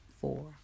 four